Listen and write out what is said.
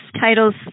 titles